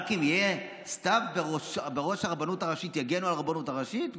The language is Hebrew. רק אם יהיה סתיו בראש הרבנות הראשית יגנו על הרבנות הראשית?